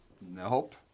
nope